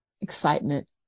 excitement